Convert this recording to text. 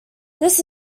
this